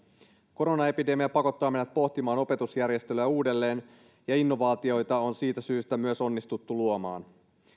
koronaepidemia pakottaa meidät pohtimaan opetusjärjestelyjä uudelleen ja innovaatioita on siitä syystä myös onnistuttu luomaan